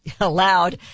allowed